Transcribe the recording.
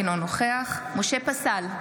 אינו נוכח משה פסל,